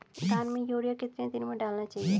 धान में यूरिया कितने दिन में डालना चाहिए?